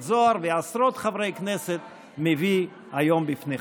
זוהר ועשרות חברי כנסת מביאים היום בפניכם.